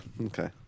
okay